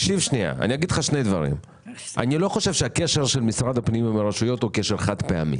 אני לא חושב שהקשר של משרד הפנים עם הרשויות הוא קשר חד פעמי.